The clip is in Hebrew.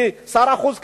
כי שר החוץ,